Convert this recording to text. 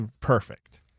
Perfect